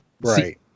Right